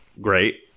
great